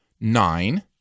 nine